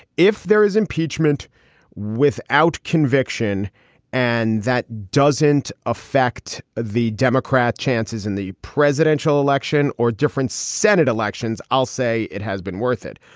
if there is impeachment without conviction and that doesn't affect the democrat chances in the presidential election or different senate elections, i'll say it has been worth it.